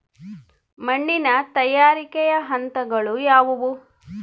ಮಣ್ಣಿನ ತಯಾರಿಕೆಯ ಹಂತಗಳು ಯಾವುವು?